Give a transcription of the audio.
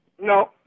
No